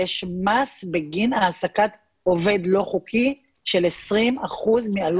יש מס בגין העסקת עובד לא חוקי של 20% מעלות שכרו.